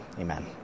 Amen